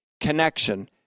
connection